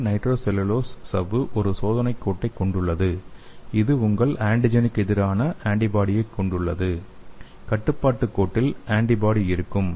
இந்த நைட்ரோசெல்லுலோஸ் சவ்வு ஒரு சோதனைக் கோட்டைக் கொண்டுள்ளது இது உங்கள் ஆன்டிஜெனுக்கு எதிரான ஆன்டிபாடியைக் கொண்டுள்ளது கட்டுப்பாட்டு கோட்டில் ஆன்டிபாடி இருக்கும்